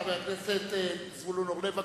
חבר הכנסת זבולון אורלב,